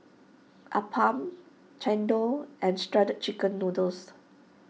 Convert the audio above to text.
Appam Chendol and Shredded Chicken Noodles